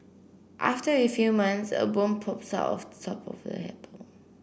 after a few months a worm pops out of the top of the apple